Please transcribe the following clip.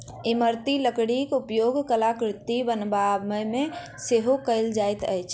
इमारती लकड़ीक उपयोग कलाकृति बनाबयमे सेहो कयल जाइत अछि